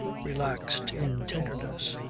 relaxed in tenderness,